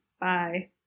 Bye